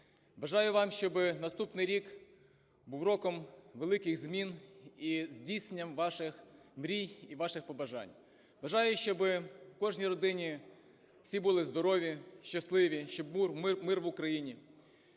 Бажаю вам, щоб наступний рік був роком великих змін і здійсненням ваших мрій і ваших побажань. Бажаю, щоби в кожній родині всі були здорові, щасливі, щоб був мир в Україні,